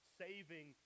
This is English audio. saving